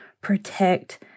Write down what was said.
protect